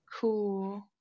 Cool